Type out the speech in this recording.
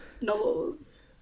novels